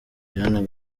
diane